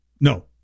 No